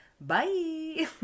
bye